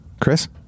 Chris